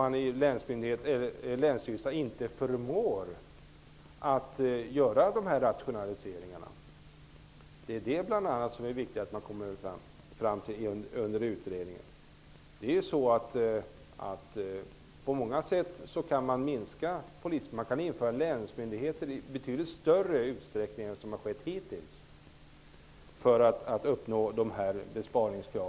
Man förmår inte i länsstyrelserna göra dessa rationaliseringar. Det är bl.a. det som är viktigt att man kommer fram till under utredningen. Man kan åstadkomma minskningar på många sätt. Man kan införa länsmyndigheter i betydligt större utsträckning än som skett hittills, för att uppnå dessa besparingar.